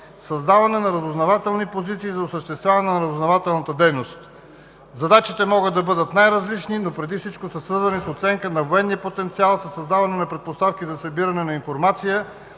създаване на разузнавателни позиции за осъществяване на разузнавателната дейност. Задачите могат да бъдат най-различни, но преди всичко са свързани с оценка на военния потенциал, със създаване на предпоставки за събиране на информация